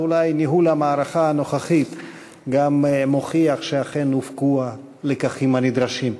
ואולי ניהול המערכה הנוכחי גם מוכיח שאכן הופקו הלקחים הנדרשים.